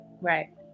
Right